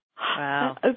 Wow